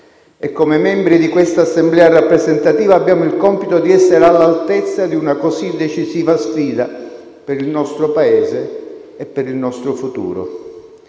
e, come membri di questa Assemblea rappresentativa, abbiamo il compito di essere all'altezza di una così decisiva sfida per il nostro Paese e per il nostro futuro.